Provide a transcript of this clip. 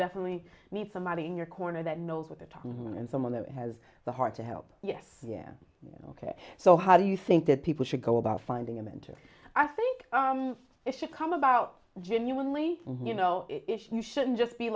definitely need somebody in your corner that knows at the time and someone that has the heart to help yes yes ok so how do you think that people should go about finding a mentor i think it should come about genuinely you know you shouldn't just be